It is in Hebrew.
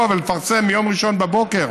ולפרסם ביום ראשון בבוקר,